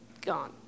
gone